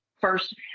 first